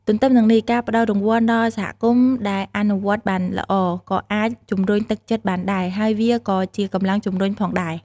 ទន្ទឹមនឹងនេះ ការផ្តល់រង្វាន់ដល់សហគមន៍ដែលអនុវត្តបានល្អ ក៏អាចជំរុញទឹកចិត្តបានដែរ ហើយវាក៏ជាកម្លាំងជម្រុញផងដែរ។